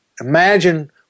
Imagine